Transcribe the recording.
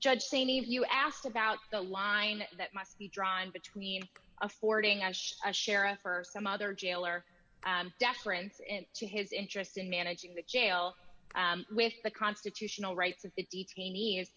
saini you asked about the line that must be drawn between affording a sheriff or some other jailer deference to his interest in managing the jail with the constitutional rights of the detainee